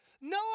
No